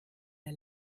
der